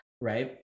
Right